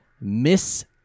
Miss